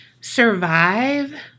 survive